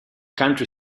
county